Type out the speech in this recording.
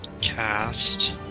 cast